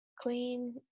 clean